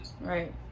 right